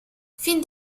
fin